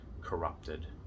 corrupted